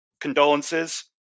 condolences